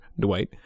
dwight